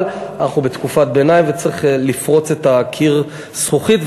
אבל אנחנו בתקופת ביניים וצריך לפרוץ את קיר הזכוכית.